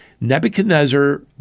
Nebuchadnezzar